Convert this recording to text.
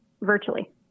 virtually